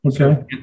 Okay